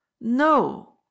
No